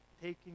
taking